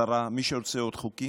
חוקים, השרה, בבקשה.